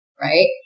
right